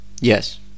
yes